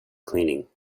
cleaning